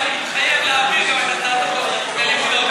ואני מתחייב להעביר את הצעת החוק ללימוד ערבית.